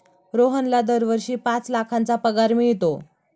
रोहनला दरवर्षी पाच लाखांचा पगार मिळतो